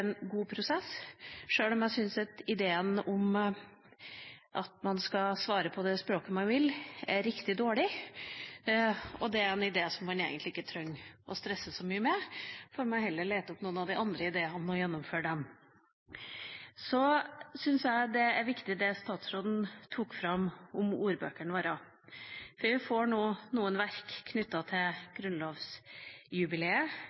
en god prosess, sjøl om jeg syns at ideen om at man skal svare i den målformen man vil, er riktig dårlig. Det er en idé som man egentlig ikke trenger å stresse så mye med. Man får heller lete opp noen av de andre ideene og gjennomføre dem. Så syns jeg det som statsråden tok fram om ordbøkene våre, er viktig. Vi får nå noen verk